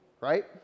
right